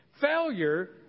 Failure